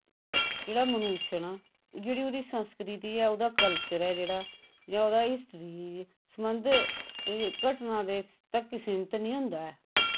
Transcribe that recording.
जेह्ड़ा मनुश्य ना ओह् जेह्ड़ी ओह्दी संस्कृति ऐ ओह्दा कलचर ऐ जेह्ड़ा जां ओह्दा हिस्ट्री संबंध घटना दे तक सिमत निं होंदा ऐ